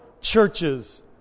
churches